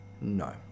no